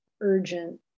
urgent